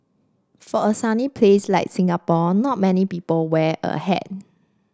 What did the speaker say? for a sunny place like Singapore not many people wear a hat